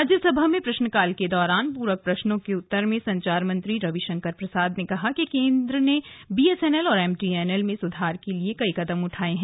राज्यसभा में प्रश्नकाल के दौरान पूरक प्रश्नों के उत्तर में संचार मंत्री रविशंकर प्रसाद ने कहा कि केन्द्र ने बी एस एन एल और एम टी एन एल में सुधार के लिए कई कदम उठाये हैं